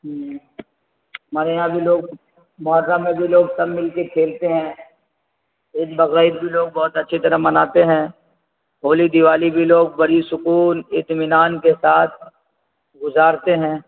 ہوں ہمارے یہاں بھی لوگ محرم میں بھی لوگ سب مل کے کھیلتے ہیں عید بقرعید بھی لوگ بہت اچھی طرح مناتے ہیں ہولی دیوالی بھی لوگ بڑی سکون اطمینان کے ساتھ گزارتے ہیں